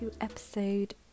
episode